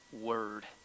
word